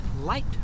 Light